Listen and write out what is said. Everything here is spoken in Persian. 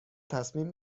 تصمیم